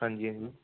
ਹਾਂਜੀ ਹਾਂਜੀ